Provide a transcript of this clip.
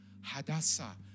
Hadassah